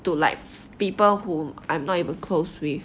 to like people whom I'm not even close with